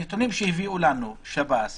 הנתונים שהביאו לנו שב"ס